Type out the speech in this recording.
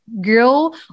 grow